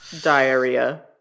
Diarrhea